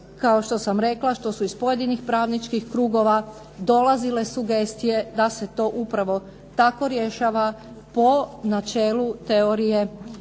kao što sam rekla, što su iz pojedinih pravničkih krugova dolazile sugestije da se to upravo tako rješava po načelu teorije